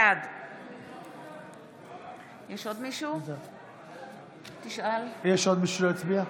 בעד יש עוד מישהו שלא הצביע?